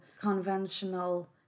conventional